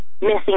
missing